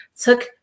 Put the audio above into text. took